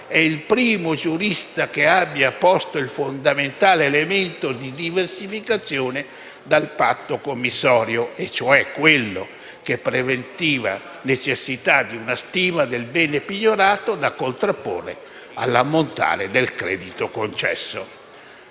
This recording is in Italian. è il primo giurista che abbia posto il fondamentale elemento di diversificazione dal patto commissorio, e cioè quello che preventiva la necessità di una stima del bene pignorato da contrapporre all'ammontare del credito concesso.